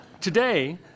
Today